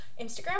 Instagram